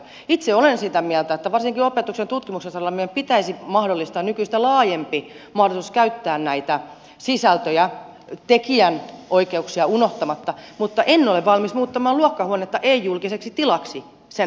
itse olen sitä mieltä että varsinkin opetuksen ja tutkimuksen saralla meidän pitäisi mahdollistaa nykyistä laajempi mahdollisuus käyttää näitä sisältöjä tekijänoikeuksia unohtamatta mutta en ole valmis muuttamaan luokkahuonetta ei julkiseksi tilaksi sen mahdollistaakseni